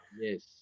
Yes